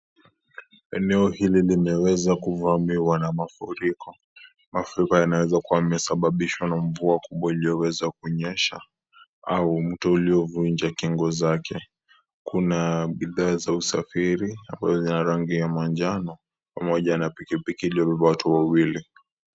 Eneo hili limeweza kuvamiwa na mafuriko inaezakuwa imesababisha na mvua kubwa iliyoweza kunyesha au mto uliovuna kingo zake. Kuna bidhaa za usafiri wenye rangi ya manjano pamoja na pikipiki iliyobeba watu wawili.